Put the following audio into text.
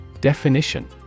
Definition